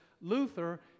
Luther